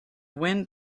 wind